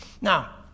Now